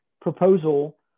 proposal